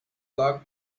black